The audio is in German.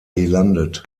gelandet